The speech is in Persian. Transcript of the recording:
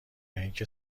اینکه